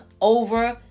over